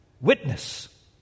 witness